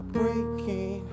breaking